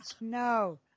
No